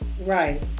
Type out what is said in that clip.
Right